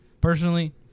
personally